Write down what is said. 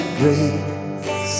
grace